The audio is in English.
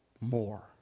more